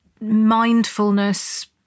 mindfulness